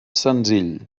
senzill